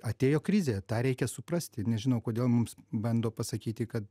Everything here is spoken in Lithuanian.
atėjo krizė tą reikia suprasti nežinau kodėl mums bando pasakyti kad